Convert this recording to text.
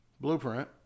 blueprint